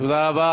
תודה רבה.